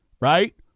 right